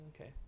Okay